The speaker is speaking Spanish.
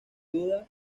duda